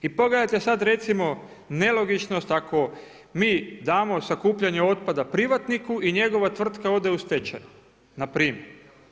I pogledajte sad recimo nelogičnost ako mi damo sakupljanje otpada privatniku i njegova tvrtka ode u stečaj na primjer.